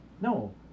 No